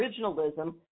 originalism